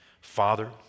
Father